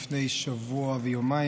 לפני שבוע ויומיים,